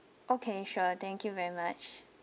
okay sure thank you very much